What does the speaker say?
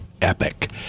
Epic